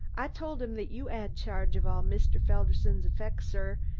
i told im that you had charge of all mr. felderson's effects, sir,